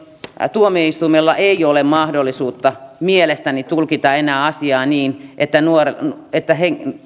tuomioistuimella ei ole mahdollisuutta mielestäni tulkita enää asiaa niin että